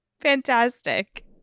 Fantastic